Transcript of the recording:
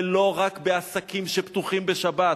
ולא רק בעסקים שפתוחים בשבת,